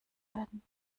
werden